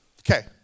Okay